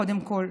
קודם כול.